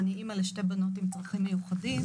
אני אמא לשתי בנות עם צרכים מיוחדים,